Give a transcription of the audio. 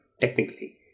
technically